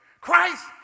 Christ